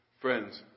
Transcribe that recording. Friends